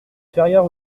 ferrière